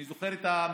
אני זוכר את המילים.